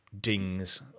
dings